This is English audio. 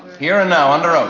here and now under oath,